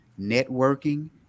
networking